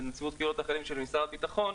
בנציבות קבילות החיילים של משרד הביטחון,